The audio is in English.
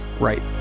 right